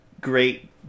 great